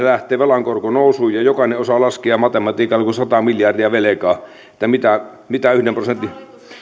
lähtee velan korko nousuun ja jokainen osaa laskea matematiikalla kun on sata miljardia velkaa mitä mitä yhden prosentin